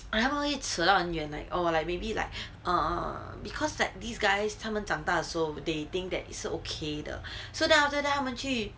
他们会则到远 like or maybe like err because like these guys 他们长大的时候 they think that 是 okay 的 so after that 他们去